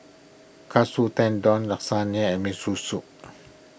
Katsu Tendon Lasagna and Miso Soup